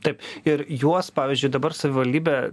taip ir juos pavyzdžiui dabar savivaldybė